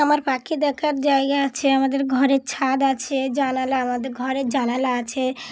আমার পাখি দেখার জায়গা আছে আমাদের ঘরের ছাদ আছে জানালা আমাদের ঘরের জানালা আছে